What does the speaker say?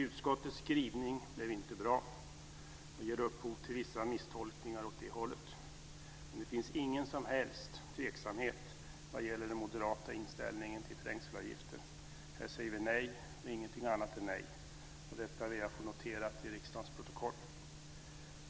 Utskottets skrivning blev inte bra och ger upphov till vissa misstolkningar åt det hållet. Men det finns ingen som helst tveksamhet vad gäller den moderata inställningen till trängselavgifter. Här säger vi nej och ingenting annat än nej! Detta vill jag få noterat i riksdagens protokoll.